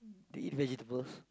do you eat vegetables